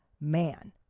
man